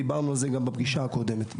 דיברנו על זה גם בפגישה הקודמת.